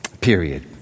period